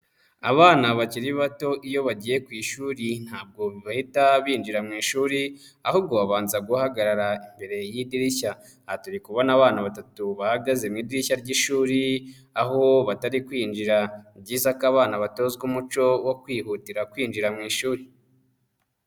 Abana bakiri bato iyo bagiye ku ishuri ntabwo bahita binjira mu ishuri, ahubwo babanza guhagarara imbere y'idirishya. Ahaturi kubona abana batatu bahagaze mu idirishya ry'ishuri, aho batari kwinjira. Ni byiza ko abana batozwa umuco wo kwihutira kwinjira mu ishuri.